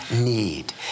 need